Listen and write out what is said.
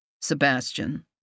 Sebastian